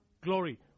glory